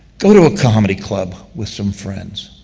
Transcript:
go to a comedy club with some friends,